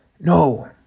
No